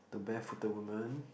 barefooted woman